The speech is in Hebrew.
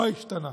מה השתנה?